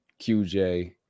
qj